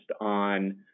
on